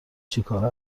چیکاره